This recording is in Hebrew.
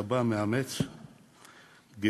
כאבא מאמץ גאה,